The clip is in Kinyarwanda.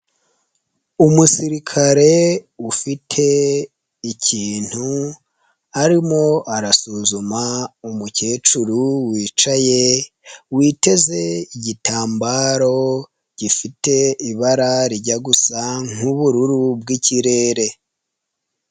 Umusirikare ufite ikintu arimo arasuzuma umukecuru wicaye witeze igitambaro gifite ibara rijya gusa nk'ubururu bw'ikirere.